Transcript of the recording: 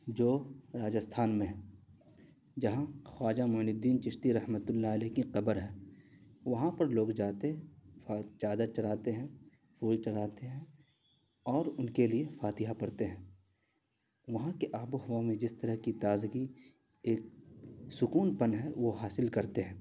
جو راجستھان میں ہے جہاں خواجہ معین الدین چشتی رحمتہ اللہ علیہ کی قبر ہے وہاں پر لوگ جاتے چادر چڑھاتے ہیں پھول چڑھاتے ہیں اور ان کے لیے فاتحہ پڑھتے ہیں وہاں کی آب و ہوا میں جس طرح کی تازگی ایک سکون پن ہے وہ حاصل کرتے ہیں